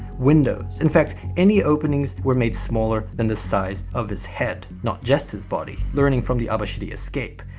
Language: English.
windows. in fact, any openings were made smaller than the size of his head, not just his body, learning from the abashiri escape.